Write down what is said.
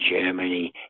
Germany